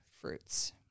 fruits